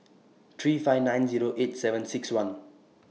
three five nine Zero eight seven six one